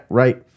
right